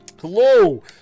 Hello